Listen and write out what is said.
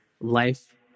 life